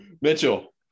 Mitchell